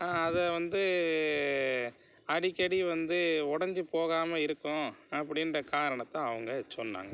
அதை வந்து அடிக்கடி வந்து உடஞ்சி போகாம இருக்கும் அப்படின்கிற காரணத்தை அவங்க சொன்னாங்க